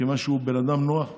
כיוון שהוא בן אדם נוח ואמין.